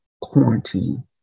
quarantine